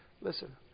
listen